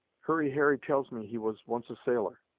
hurry harry tells me he was once a sailor.